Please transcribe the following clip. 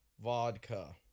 vodka